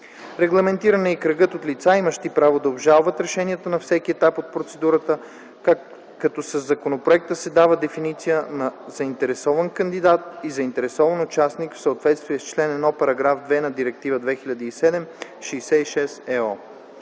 Регламентиран е кръгът от лица, имащи право да обжалват решенията на всеки етап от процедурата като със законопроекта се дава дефиниция на „заинтересован кандидат” и „заинтересован участник” в съответствие с чл. 1, § 2 на Директива 2007/66/ ЕО.